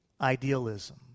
idealism